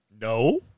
No